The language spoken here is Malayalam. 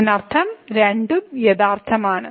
ഇതിനർത്ഥം രണ്ടും യഥാർത്ഥമാണ്